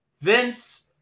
Vince